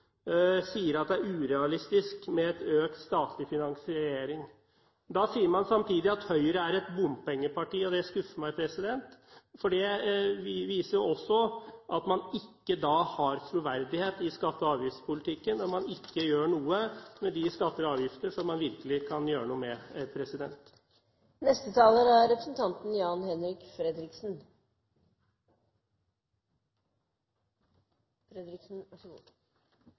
sier at det er urealistisk med en økt statlig finansiering. Da sier man samtidig at Høyre er et bompengeparti. Det skuffer meg, for det viser også at man ikke har troverdighet i skatte- og avgiftspolitikken når man ikke gjør noe med de skatter og avgifter som man virkelig kan gjøre noe med.